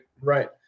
Right